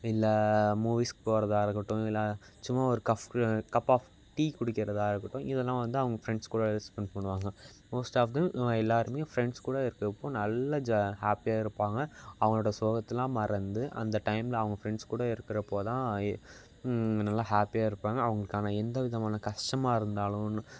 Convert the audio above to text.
இல்லை மூவிஸ்சுக்கு போகிறதா இருக்கட்டும் இல்லை சும்மா ஒரு கப் ஆஃப் டீ குடிக்கிறதாக இருக்கட்டும் இது எல்லாம் வந்து அவங்க ஃப்ரெண்ட்ஸ் கூட ஸ்பென்ட் பண்ணுவாங்க மோஸ்ட் ஆஃப் தெம் எல்லாேருமே ஃப்ரெண்ட்ஸ் கூட இருக்கிறப்போ நல்ல ஜ ஹாப்பியாக இருப்பாங்க அவங்களோட சோகத்தெலாம் மறந்து அந்த டைமில் அவங்க ஃப்ரெண்ட்ஸ் கூட இருக்கிறப்போ தான் நல்ல ஹாப்பியாக இருப்பாங்க அவங்களுக்கான எந்த விதமான கஷ்டமா இருந்தாலும்